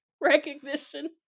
recognition